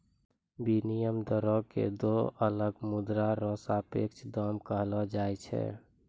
विनिमय दरो क दो अलग मुद्रा र सापेक्ष दाम कहलो जाय छै